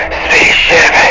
spaceship